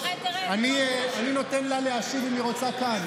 אני נותן לה להשיב כאן אם היא רוצה.